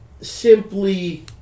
simply